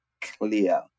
clear